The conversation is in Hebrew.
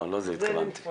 לא לזה התכוונתי.